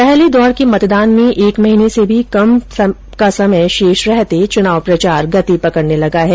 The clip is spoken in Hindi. पहले दौर के मतदान में एक महीने से भी कम का समय शेष रहते चुनाव प्रचार गति पकडने लगा है